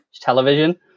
television